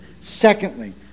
Secondly